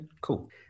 cool